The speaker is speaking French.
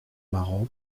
maroc